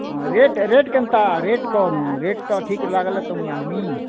ହଁ ରେଟ୍ କେନ୍ତା ରେଟ୍ କହନୁ ରେଟ୍ ତ ଠିକ୍ ଲାଗ୍ଲେ ତ ମୁଇଁ ଆନ୍ବି